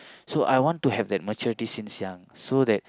so I want to have that maturity since young so that